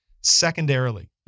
Secondarily